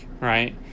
right